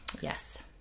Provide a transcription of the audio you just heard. yes